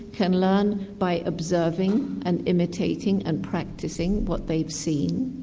can learn by observing and imitating and practicing what they've seen.